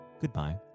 goodbye